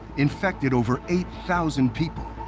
infected over eight thousand people,